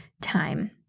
time